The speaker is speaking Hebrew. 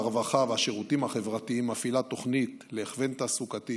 הרווחה והשירותים החברתיים מפעילה תוכנית להכוון תעסוקתי,